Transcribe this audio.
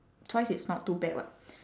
twice is not too bad what